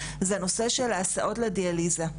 זה הנושא של ההסעות לדיאליזה.